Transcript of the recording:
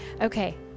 Okay